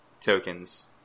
tokens